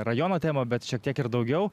rajono temą bet šiek tiek ir daugiau